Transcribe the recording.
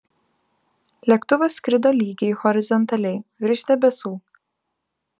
lėktuvas skrido lygiai horizontaliai virš debesų